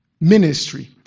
ministry